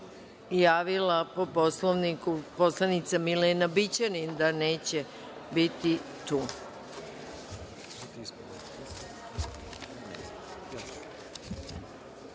javila po Poslovniku poslanica Milena Bićanin da neće biti